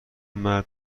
مرد